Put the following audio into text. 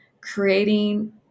creating